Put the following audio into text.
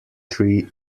tree